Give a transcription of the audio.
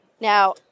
Now